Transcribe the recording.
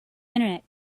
internet